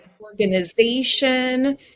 organization